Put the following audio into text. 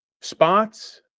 spots